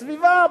בסביבה,